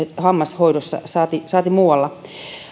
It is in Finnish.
hammashoidossa saati saati muualla